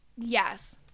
yes